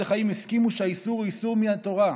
חיים הסכימו שהאיסור הוא איסור מהתורה.